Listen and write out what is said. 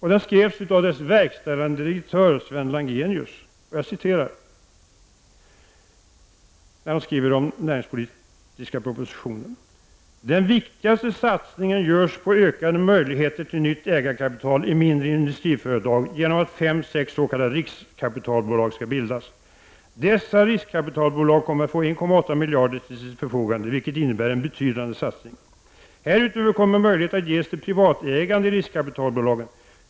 I den står bl.a. följande: ”Den viktigaste satsningen görs på ökade möjligheter till nytt ägarkapital i mindre industriföretag genom att fem sex s.k. riskkapitalbolag skall bildas. Dessa riskkapitalbolag kommer att få 1,8 miljarder till sitt förfogande, vilket innebär en betydande satsning. Härutöver kommer möjligheter att ges till privatägande i riskkapitalbolagen.